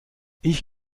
ich